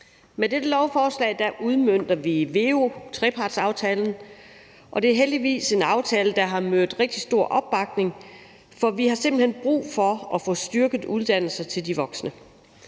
Med dette lovforslag udmønter vi veu-trepartsaftalen, og det er heldigvis en aftale, der har mødt rigtig stor opbakning, for vi har simpelt hen brug for at få styrket uddannelser til de voksne.